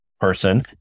person